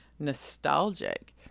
Nostalgic